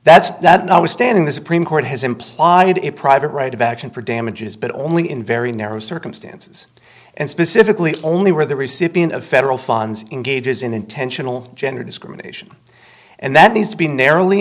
notwithstanding the supreme court has implied a private right about action for damages but only in very narrow circumstances and specifically only where the recipient of federal funds engages in intentional gender discrimination and that needs to be narrowly